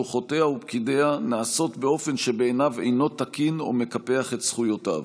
שלוחותיה ופקידיה נעשות באופן שבעיניו אינו תקין או מקפח את זכויותיו.